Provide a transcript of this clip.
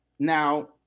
Now